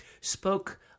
spoke